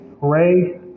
Ray